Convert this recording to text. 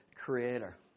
Creator